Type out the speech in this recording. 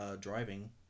driving